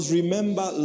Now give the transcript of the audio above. remember